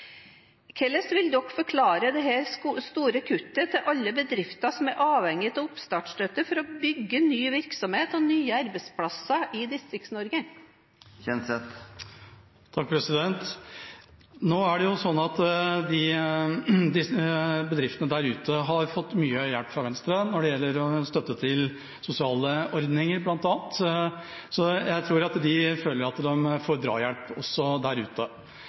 Hvordan vil Venstre forklare dette store kuttet til alle de bedriftene som er avhengige av oppstartstøtte for å bygge ny virksomhet og nye arbeidsplasser i Distrikts-Norge? Bedriftene der ute har fått mye hjelp fra Venstre, når det gjelder støtte til sosiale ordninger, bl.a. Jeg tror de føler at de får drahjelp.